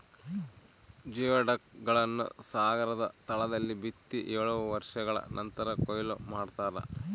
geoduck ಗಳನ್ನು ಸಾಗರದ ತಳದಲ್ಲಿ ಬಿತ್ತಿ ಏಳು ವರ್ಷಗಳ ನಂತರ ಕೂಯ್ಲು ಮಾಡ್ತಾರ